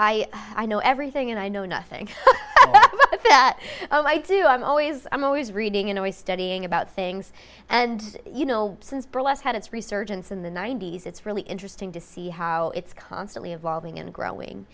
i i know everything and i know nothing oh i do i'm always i'm always reading and always studying about things and you know since burlesque had its resurgence in the ninety's it's really interesting to see how it's constantly evolving and growing